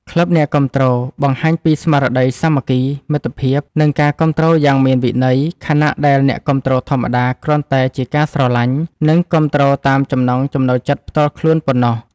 ក្លឹបអ្នកគាំទ្រ បង្ហាញពីស្មារតីសាមគ្គី មិត្តភាព និងការគាំទ្រយ៉ាងមានវិន័យ ខណៈដែលអ្នកគាំទ្រធម្មតា គ្រាន់តែជាការស្រឡាញ់ និងគាំទ្រតាមចំណង់ចំណូលចិត្តផ្ទាល់ខ្លួនប៉ុណ្ណោះ